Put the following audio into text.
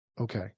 Okay